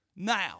now